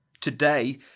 Today